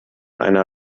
einer